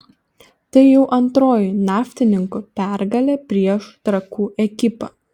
tai jau antroji naftininkų pergalė prieš trakų ekipą